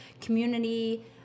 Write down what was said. community